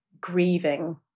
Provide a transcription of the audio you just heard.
grieving